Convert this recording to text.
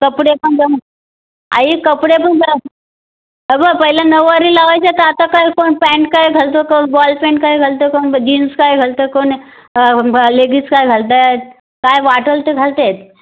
कपडे पण बघ आई कपडे पण बघ अगं पहिल्या नऊवारी लावायच्या तर आता काय कोण पॅन्ट काय घालतो कोण बॉल पॅन्ट काय घालतो कोण जिन्स काय घालतो कोण लेगीज काय घालत आहेत काय वाटेल ते घालतात